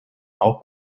auch